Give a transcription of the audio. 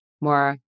more